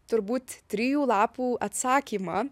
turbūt trijų lapų atsakymą